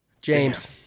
James